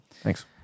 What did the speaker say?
Thanks